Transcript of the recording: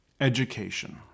Education